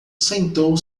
sentou